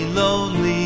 lonely